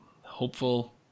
hopeful